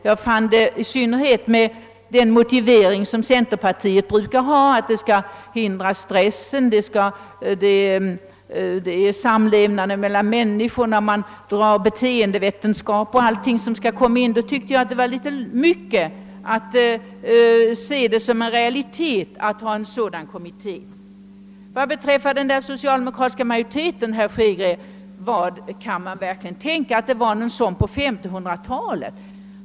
Jag stärks ytterligare i min uppfattning om att programkravet är diffust av den motivering som centerpartiet brukar anföra för detta program, nämligen att det skall motverka stressen och främja sambandet mellan människorna, varvid man blandar in beteendevetenskap 0. s. v. Man tar med för mycket för att en sådan parlamentarisk kommitté skulle kunna bli en realistisk utredning. Beträffande den socialdemokratiska majoriteten, herr Hansson i Skegrie, vill jag fråga om han verkligen tror att en sådan fanns på 1500-talet.